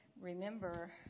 remember